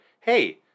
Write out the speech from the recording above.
hey